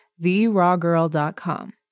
therawgirl.com